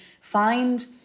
find